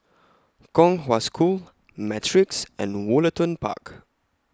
Kong Hwa School Matrix and Woollerton Park